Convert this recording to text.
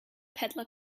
peddler